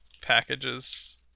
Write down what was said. packages